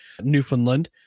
Newfoundland